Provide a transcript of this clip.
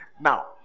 now